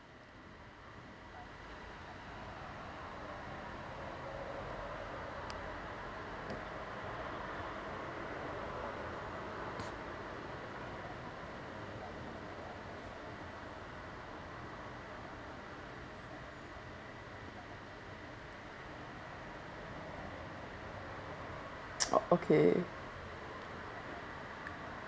okay